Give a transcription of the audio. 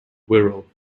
wirral